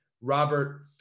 Robert